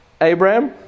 Abraham